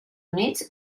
units